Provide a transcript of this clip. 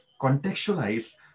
contextualize